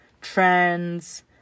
Trends